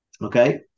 Okay